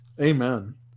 Amen